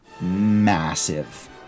massive